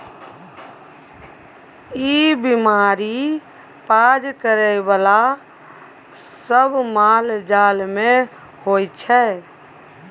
ई बीमारी पाज करइ बला सब मालजाल मे होइ छै